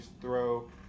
throw